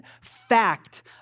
fact